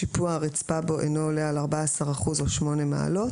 שיפוע הרצפה בו אינו עולה על 14 אחוזים או 8 מעלות.